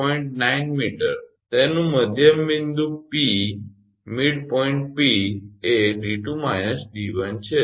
9 𝑚 તેનું મધ્યબિંદુ 𝑃 એ 𝑑2 − 𝑑1 છે